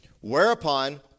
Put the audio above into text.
Whereupon